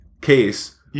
Case